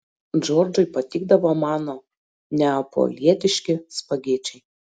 džordžui patikdavo mano neapolietiški spagečiai